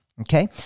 okay